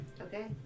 Okay